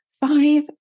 five